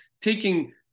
taking